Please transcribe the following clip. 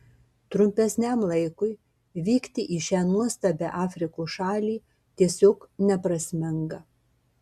trumpesniam laikui vykti į šią nuostabią afrikos šalį tiesiog neprasminga